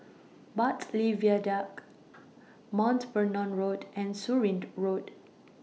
Bartley Viaduct Mount Vernon Road and Surin Road